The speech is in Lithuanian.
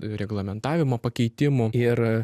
reglamentavimo pakeitimų ir